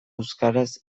euskaraz